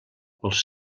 pels